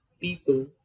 people